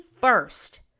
first